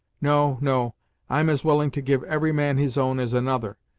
no no i'm as willing to give every man his own as another,